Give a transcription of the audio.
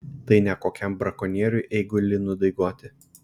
tai ne kokiam brakonieriui eigulį nudaigoti